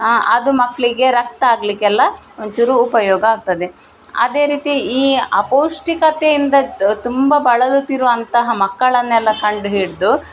ಅದು ಮಕ್ಕಳಿಗೆ ರಕ್ತ ಆಗಲಿಕ್ಕೆಲ್ಲ ಒಂಚೂರು ಉಪಯೋಗ ಆಗ್ತದೆ ಅದೇ ರೀತಿ ಈ ಅಪೌಷ್ಟಿಕತೆಯಿಂದ ತ್ ತುಂಬ ಬಳಲುತ್ತಿರುವ ಅಂತಹ ಮಕ್ಕಳನ್ನೆಲ್ಲ ಕಂಡುಹಿಡಿದು